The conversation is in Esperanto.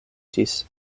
ĝis